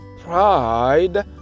pride